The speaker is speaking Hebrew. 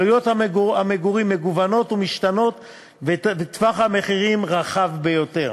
עלויות המגורים מגוונות ומשתנות וטווח המחירים רחב ביותר.